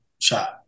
shot